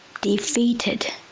defeated